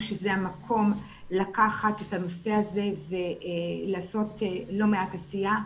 שזה המקום לקחת את הנושא הזה ולעשות לא מעט עשייה.